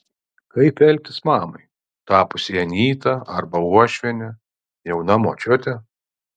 kaip elgtis mamai tapusiai anyta arba uošviene jauna močiute